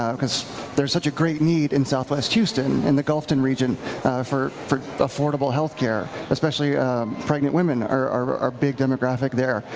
um because there's such a great need in southwest houston. and the gulfton region for for affordable health care. especially pregnant women are our big demographic there.